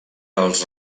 els